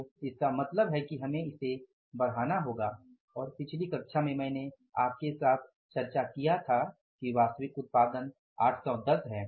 तो इसका मतलब है कि हमें इसे बढ़ाना होगा और पिछली कक्षा में मैंने आपके साथ चर्चा किया था कि वास्तविक उत्पादन 810 है